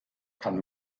kann